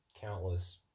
countless